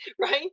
right